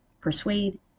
persuade